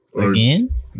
again